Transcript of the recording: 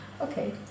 okay